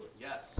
Yes